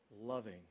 loving